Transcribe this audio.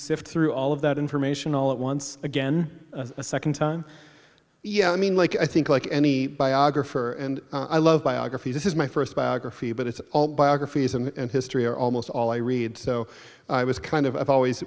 sift through all of that information all at once again a second time yeah i mean like i think like any biographer and i love biography this is my first biography but it's all biographies and history or almost all i read so i was kind of i've always